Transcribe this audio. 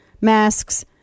Masks